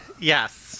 Yes